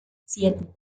siete